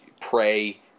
pray